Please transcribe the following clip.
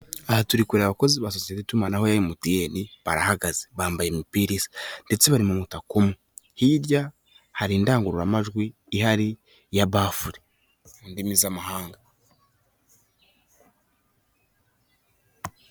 Aha turi kureba abakozi ba sosiyete y'itumanaho ya MTN, barahagaze bambaye imipira ndetse bari mu mutaka. Hirya hari indangururamajwi ihari ya bafure mu ndimi z'amahanga.